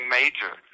major